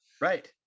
Right